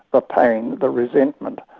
the pain, the resentment,